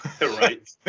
Right